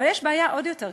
אבל יש בעיה עוד יותר קשה,